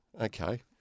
okay